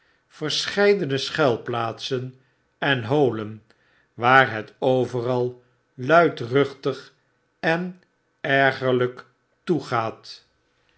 verscheidene schuilplaatsen en holen waar het overal luidruchtig en ergerlyk toegaat